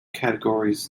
categories